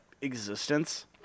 existence